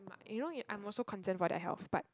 my you know you I'm also concerned for their health but